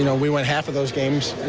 you know we won half those games.